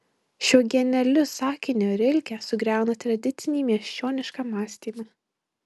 šiuo genialiu sakiniu rilke sugriauna tradicinį miesčionišką mąstymą